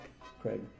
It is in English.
Craig